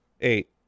Eight